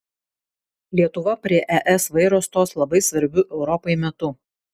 lietuva prie es vairo stos labai svarbiu europai metu